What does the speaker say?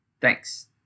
Thanks